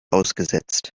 ausgesetzt